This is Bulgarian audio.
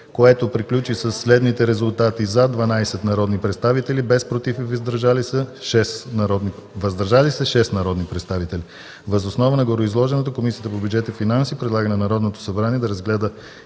което приключи със следните резултати „за” – 12 народни представители, без „против” и „въздържали се” – 6 народни представители. Въз основа на гореизложеното Комисията по бюджет и финанси предлага на Народното събрание да разгледа